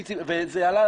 וזה עלה,